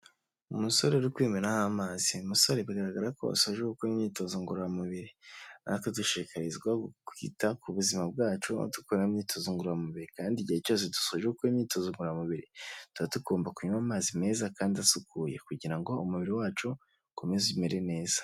Umusore uri kwimenaho amazi, umusore bigaragara ko asoje gukora imyitozo ngororamubiri, natwe durashikarizwa kwita ku buzima bwacu dukura imyitozo ngororamubiri, kandi igihe cyose dusoje gukora imyitozo ngoramubiri, tuba tugomba kunywa amazi meza kandi asukuye kugira ngo umubiri wacu ukomeze umere neza.